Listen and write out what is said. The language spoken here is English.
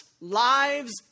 lives